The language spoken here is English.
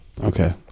Okay